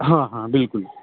ہاں ہاں بالکل